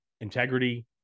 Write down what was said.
integrity